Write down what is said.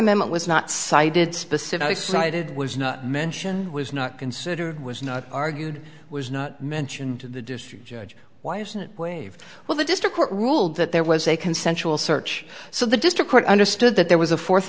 amendment was not cited specifically cited was not mentioned was not considered was not argued was not mentioned to the district judge why isn't it waived well the district court ruled that there was a consensual search so the district understood that there was a fourth